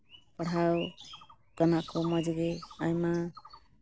ᱯᱟᱲᱦᱟᱣ ᱠᱟᱱᱟ ᱠᱚ ᱢᱚᱡᱽ ᱜᱮ ᱟᱭᱢᱟ